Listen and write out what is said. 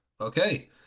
Okay